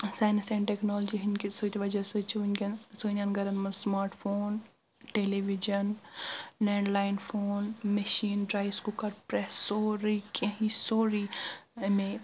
science and technology ہنٛدۍ کہِ سۭتۍ وجہ سۭتۍ چھ ونکیٚن سانٮ۪ن گرن منٛز smart phone television land line phone machine rice cooker press سورٕے کیٚنٛہہ یہِ سورٕے امے